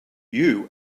you